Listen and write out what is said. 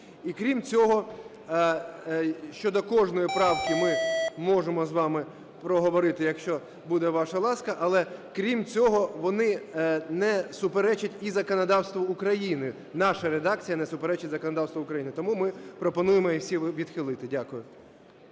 крім цього щодо кожної правки ми можемо з вами проговорити, якщо буде ваша ласка. Але крім цього, вони не суперечать і законодавству України, наша редакція не суперечить законодавству України. Тому ми пропонуємо їх всі відхилити. Дякую.